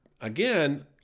again